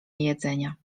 jedzenia